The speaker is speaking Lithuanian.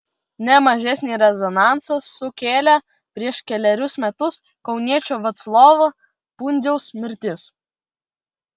ne mažesnį rezonansą sukėlė prieš kelerius metus kauniečio vaclovo pundziaus mirtis